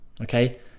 okay